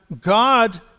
God